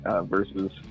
versus